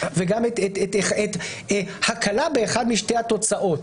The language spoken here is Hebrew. וגם הקלה באחת משתי התוצאות.